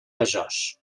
besòs